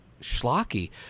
schlocky